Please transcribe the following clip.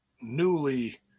newly